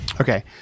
Okay